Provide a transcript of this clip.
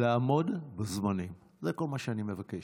לעמוד בזמנים, זה כל מה שאני מבקש.